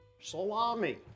salami